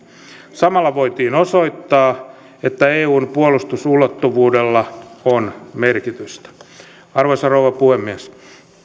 samalla voitiin osoittaa että eun puolustusulottuvuudella on merkitystä arvoisa rouva puhemies